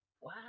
Wow